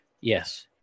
yes